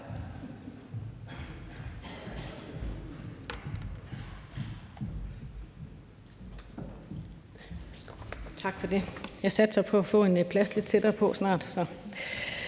Tak for det. Jeg satser på at få en plads lidt tættere på snart.